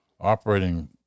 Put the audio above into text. operating